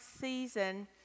season